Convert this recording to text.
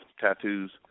tattoos